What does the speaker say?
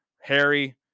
Harry